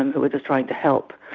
who were trying to help.